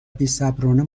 بیصبرانه